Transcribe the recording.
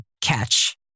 catch